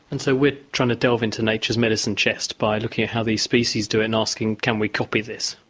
and so we're trying to delve into nature's medicine chest by looking at how these species do it and asking, can we copy this?